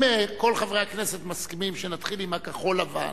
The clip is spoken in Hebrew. אם כל חברי הכנסת מסכימים שנתחיל עם הכחול-לבן,